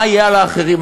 מה יהיה על האחרים?